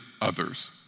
others